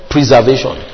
Preservation